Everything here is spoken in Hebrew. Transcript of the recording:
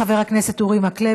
חבר הכנסת אורי מקלב,